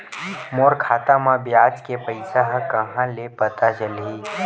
मोर खाता म ब्याज के पईसा ह कहां ले पता चलही?